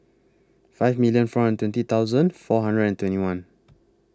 five millon four hundred twenty thousand four hundred and twenty one